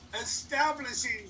establishing